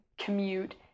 commute